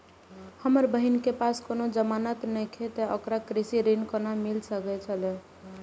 हमर बहिन के पास कोनो जमानत नेखे ते ओकरा कृषि ऋण कोना मिल सकेत छला?